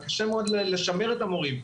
וקשה מאוד לשמר את המורים.